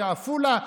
בעפולה,